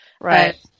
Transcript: Right